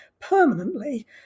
permanently